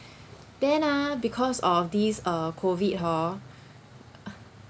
then ah because of this uh COVID hor